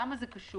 למה זה קשור?